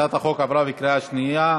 הצעת החוק התקבלה בקריאה שנייה.